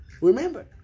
Remember